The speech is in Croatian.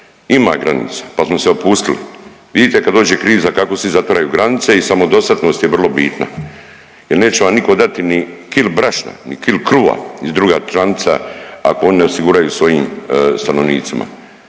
Ima granica pa smo se opustili. Vidite kad dođe kriza kako svi zatvaraju granice i samodostatnost je vrlo bitna jer neće vam nitko dati ni kilu brašna ni kilu kruva iz druga članica ako oni ne osiguraju svojim stanovnicima.